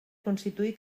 constituir